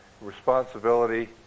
responsibility